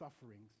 sufferings